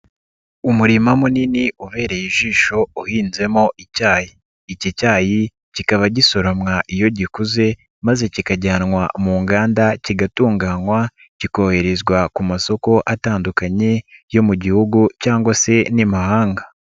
Umurima munini ubereye ijisho uhinzemo icyayi, iki cyayi kikaba gisoromwa iyo gikuze maze kikajyanwa mu nganda kigatunganywa kikoherezwa ku masoko atandukanye yo mu Gihugu cyangwa se n'i mahanga.